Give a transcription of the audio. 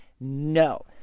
No